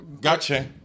Gotcha